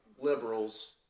liberals